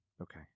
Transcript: Okay